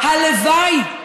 הלוואי,